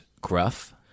Gruff